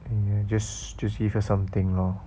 you can just just give her something lor